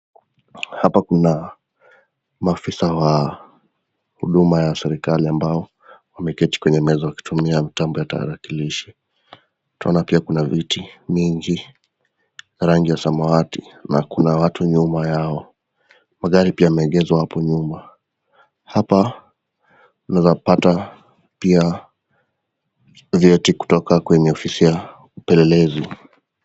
Hapa kuna maafisa wa huduma ya serikali ambao wameketi kwenye meza wakitumia mtambo ya tarakilishi. Twaona pia kuna viti mingi, rangi ya samawati na kuna watu nyuma yao. Magari pia yameegezwa hapo nyuma. Hapa, unaweza pata pia vyeti kutoka kwenye ofisi ya upelelezi.